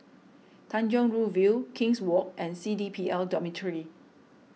Tanjong Rhu View King's Walk and C D P L Dormitory